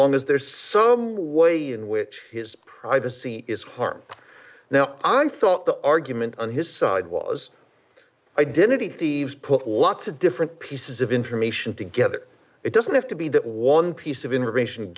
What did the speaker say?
long as there's some way in which his privacy is harmed now i'm the argument on his side was identity thieves put lots of different pieces of information together it doesn't have to be that one piece of information